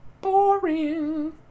boring